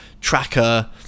tracker